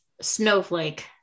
snowflake